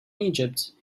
egypt